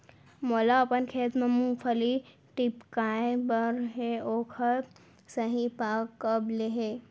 मोला अपन खेत म मूंगफली टिपकाय बर हे ओखर सही पाग कब ले हे?